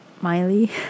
Miley